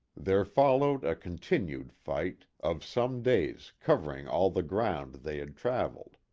there followed a continued fight of some days covering all the ground they had traveled.